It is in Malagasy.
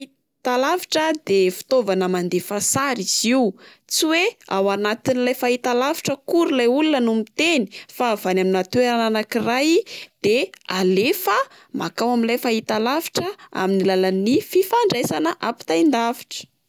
Talavitra de fitaovana mandefa sary izy io, tsy hoe ao anatin'ilay fahitalavitra akory ilay olona no miteny fa avany amina toerana anak'iray de alefa makao amin'ilay fahitalavitra amin'ny alalan'ny fifandraisana ampitain-davitra.